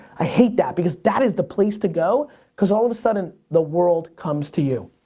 i hate that because that is the place to go cause all of a sudden the world comes to you.